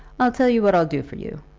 i'll tell you what i'll do for you,